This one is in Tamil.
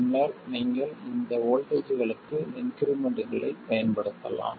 பின்னர் நீங்கள் இந்த வோல்ட்டேஜ்களுக்கு இன்க்ரிமெண்ட்களைப் பயன்படுத்தலாம்